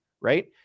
right